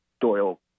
Doyle